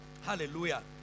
Hallelujah